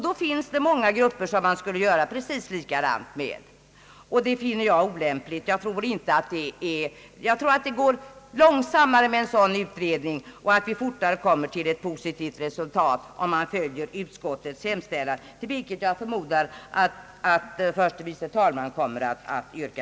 Det finns många grupper som man i så fall skulle göra precis likadant med, och jag anser att det är olämpligt. Jag tror att utredningen går långsammare, om man tillgriper det tillvägagångssättet och att vi fortare når resultat om riksdagen bifaller utskottets hemställan, vilket jag förmodar att förste vice talmannen kommer att yrka.